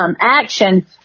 action